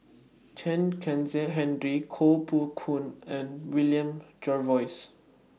Chen Kezhan Henri Koh Poh Koon and William Jervois